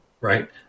right